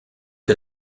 que